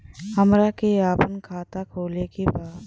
हमरा के अपना खाता खोले के बा?